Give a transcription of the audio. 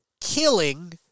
killing